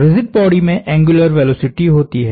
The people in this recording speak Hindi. रिजिड बॉडी में एंग्युलर वेलोसिटी होती है